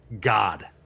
God